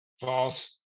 False